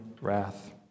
wrath